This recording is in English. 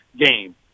game